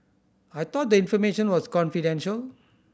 I thought the information was confidential